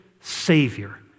Savior